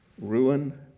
ruin